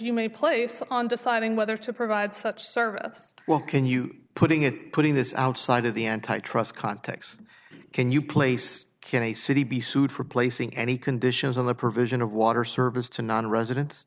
you may place on deciding whether to provide such service well can you putting it putting this outside of the antitrust context can you place can a city be sued for placing any conditions on the provision of water service to nonresiden